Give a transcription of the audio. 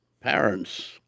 parents